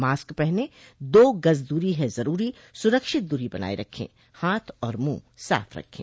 mask पहनें दो गज़ दूरी है ज़रूरी सुरक्षित दूरी बनाए रखें हाथ और मुंह साफ रखें